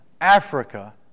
Africa